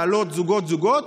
לעלות זוגות-זוגות,